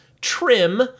trim